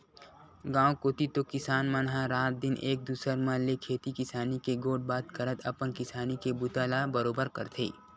गाँव कोती तो किसान मन ह रात दिन एक दूसर मन ले खेती किसानी के गोठ बात करत अपन किसानी के बूता ला बरोबर करथे